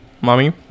Mommy